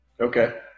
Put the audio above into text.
Okay